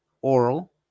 oral